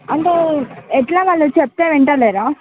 అంటే ఎట్లా వాళ్ళు చెప్తే వింటలేరా